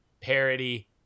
parody